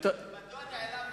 מדוע נעלמה מעיניך,